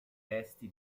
resti